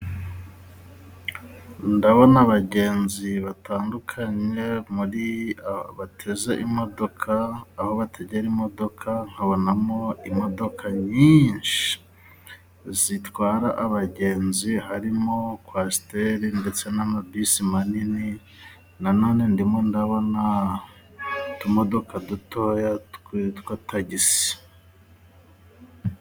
Ndabona abagenzi batandukanye muri bateze imodoka aho bategera imodoka, nkabonamo imodoka nyinshi zitwara abagenzi harimo kowasiteri ndetse n'amabisi manini, nanone ndimo ndabona utumodoka dutoya twitwa tagisi.